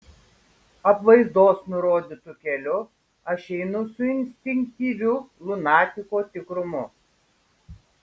apvaizdos nurodytu keliu aš einu su instinktyviu lunatiko tikrumu